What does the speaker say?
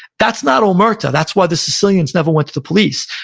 that's not omerta. that's why the sicilians never went to the police.